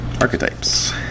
archetypes